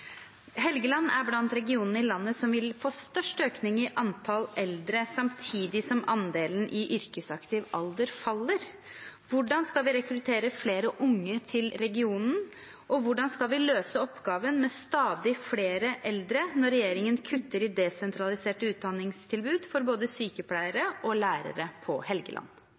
er: «Helgeland er blant regionene i landet som vil få størst økning i antall eldre, samtidig som andelen i yrkesaktiv alder faller. Hvordan skal vi rekruttere flere unge til regionen, og hvordan skal vi løse oppgaven med stadig flere eldre, når regjeringen kutter i desentraliserte utdanningstilbud for både sykepleiere og lærere på Helgeland?»